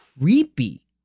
creepy